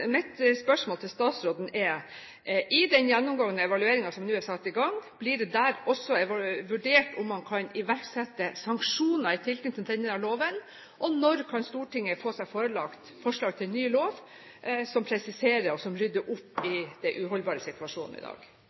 nå er satt i gang, blir det der også vurdert om man kan iverksette sanksjoner i tilknytning til denne loven, og når kan Stortinget få seg forelagt forslag til ny lov som presiserer og rydder opp i den uholdbare situasjonen i dag?